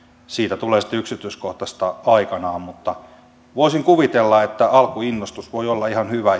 siitä tulee sitten yksityiskohtaista aikanaan voisin kuvitella että alkuinnostus voi olla ihan hyvä